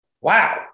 wow